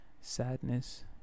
sadness